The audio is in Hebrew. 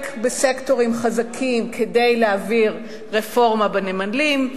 בסקטורים חזקים כדי להעביר רפורמה בנמלים,